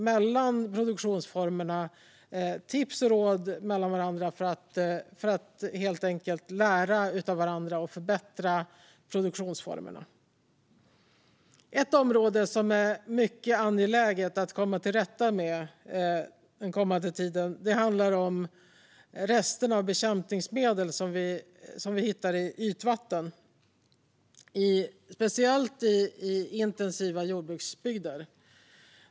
Mellan produktionsformerna ger man varandra tips och råd för att lära av varandra och förbättra produktionsformerna. Något som det är mycket angeläget att komma till rätta med under kommande år är de rester av bekämpningsmedel som vi hittar i ytvatten, speciellt i intensiva jordbruksbygder.